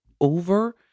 over